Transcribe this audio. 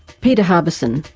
peter harbison,